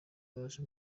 baje